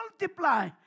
multiply